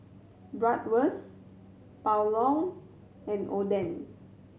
Bratwurst Pulao and Oden